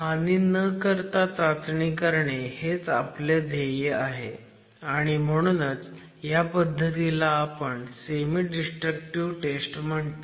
हानी न करता चाचणी करणे हेच आपलं ध्येय आहे आणि म्हणूनच ह्या पद्धतीला आपण सेमी डिस्ट्रक्टिव्ह टेस्ट म्हणतो